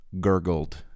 gurgled